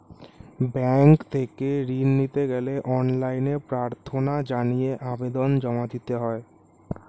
bank থেকে ঋণ নিতে গেলে অনলাইনে প্রার্থনা জানিয়ে আবেদন জমা দিতে হয়